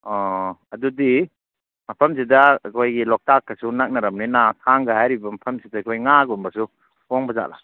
ꯑꯣ ꯑꯗꯨꯗꯤ ꯃꯐꯝꯁꯤꯗ ꯑꯩꯈꯣꯏꯒꯤ ꯂꯣꯛꯇꯥꯛꯀꯁꯨ ꯅꯛꯅꯔꯕꯅꯤꯅ ꯊꯥꯡꯒ ꯍꯥꯏꯔꯤꯕ ꯃꯐꯝꯁꯤꯗ ꯑꯩꯈꯣꯏ ꯉꯥꯒꯨꯝꯕꯁꯨ ꯍꯣꯡꯕ ꯖꯥꯠꯂ